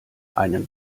einen